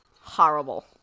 Horrible